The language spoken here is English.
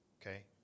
okay